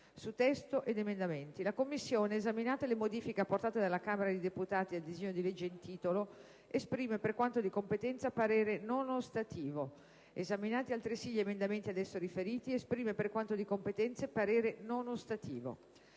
Commissione permanente, esaminate le modifiche apportate dalla Camera dei deputati al disegno di legge in titolo, esprime, per quanto di competenza, parere non ostativo. Esaminati, altresì, gli emendamenti ad esso riferiti, esprime, per quanto di competenza, parere non ostativo».